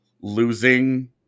losing